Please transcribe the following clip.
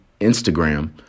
Instagram